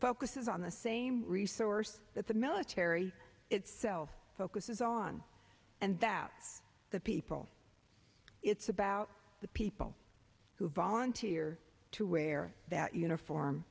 focuses on the same resource that the military itself focuses on and that the people it's about the people who volunteer to wear that uniform